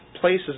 places